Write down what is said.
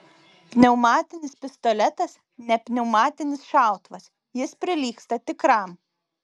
pneumatinis pistoletas ne pneumatinis šautuvas jis prilygsta tikram